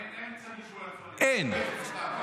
אין --- אין.